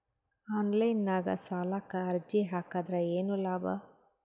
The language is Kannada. ಆನ್ಲೈನ್ ನಾಗ್ ಸಾಲಕ್ ಅರ್ಜಿ ಹಾಕದ್ರ ಏನು ಲಾಭ?